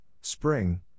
spring